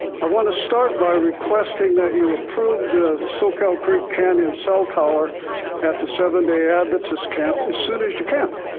i want to start by requesting that you approved the soquel creek canyon cell tower at the seven day. add that to this camp as soon as you can.